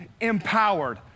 Empowered